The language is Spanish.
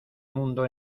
mundo